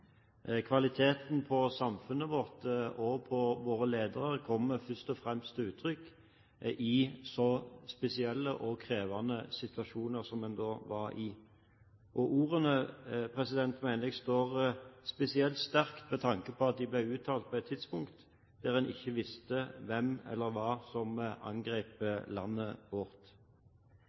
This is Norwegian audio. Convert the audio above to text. Kvaliteten på samfunnet vårt og på våre ledere kommer først og fremst til uttrykk i så spesielle og krevende situasjoner som en da var i. Ordene mener jeg står spesielt sterkt med tanke på at de ble uttalt på et tidspunkt der en ikke visste hvem eller hva som angrep landet vårt.